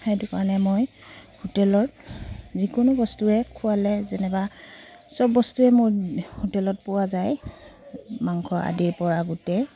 সেইটো কাৰণে মই হোটেলত যিকোনো বস্তুৱে খোৱালে যেনিবা চব বস্তুৱে মোৰ হোটেলত পোৱা যায় মাংস আদিৰপৰা গোটেই